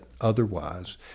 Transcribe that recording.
otherwise